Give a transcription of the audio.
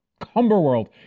cumberworld